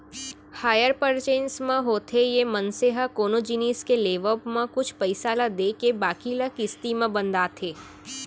hire purchase म होथे ये मनसे ह कोनो जिनिस के लेवब म कुछ पइसा ल देके बाकी ल किस्ती म बंधाथे